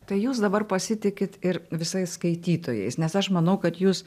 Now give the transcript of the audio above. tai jūs dabar pasitikit ir visais skaitytojais nes aš manau kad jūs